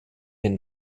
den